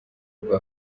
rwa